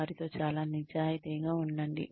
వారితో చాలా నిజాయితీగా ఉండండి